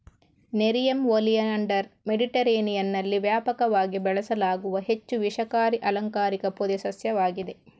nerium oleander ಮೆಡಿಟರೇನಿಯನ್ನಲ್ಲಿ ವ್ಯಾಪಕವಾಗಿ ಬೆಳೆಸಲಾಗುವ ಹೆಚ್ಚು ವಿಷಕಾರಿ ಅಲಂಕಾರಿಕ ಪೊದೆ ಸಸ್ಯವಾಗಿದೆ